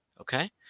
okay